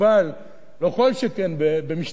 לא כל שכן במשטר דמוקרטי,